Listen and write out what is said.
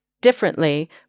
Differently